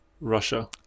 Russia